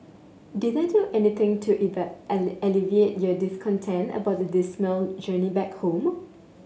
did that do anything to alleviate your discontent about the dismal journey back home